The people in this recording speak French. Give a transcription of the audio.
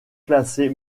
classés